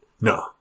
No